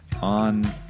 on